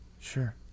Sure